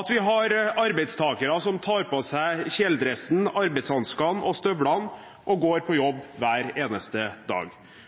at vi har arbeidstakere som tar på seg kjeledressen, arbeidshanskene og -støvlene og går på jobb hver eneste dag,